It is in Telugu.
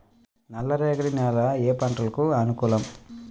నల్లరేగడి నేలలు ఏ పంటలకు అనుకూలం?